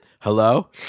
Hello